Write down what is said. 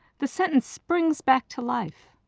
the sentence springs back to life.